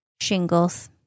shingles